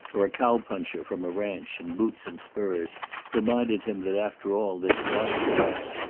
or a cowpuncher from a ranch in boots and spurs reminded him that after all this was the west,